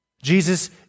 Jesus